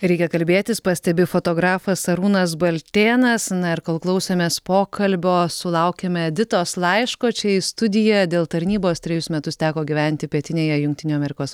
reikia kalbėtis pastebi fotografas arūnas baltėnas na ir kol klausėmės pokalbio sulaukėme editos laiško čia į studiją dėl tarnybos trejus metus teko gyventi pietinėje jungtinių amerikos